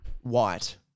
White